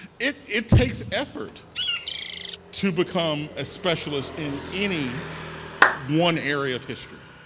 it it takes effort to become a specialist in any one area of history.